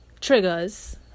triggers